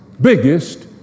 biggest